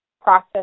process